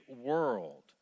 world